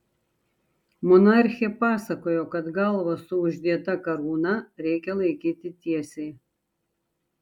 monarchė pasakojo kad galvą su uždėta karūna reikia laikyti tiesiai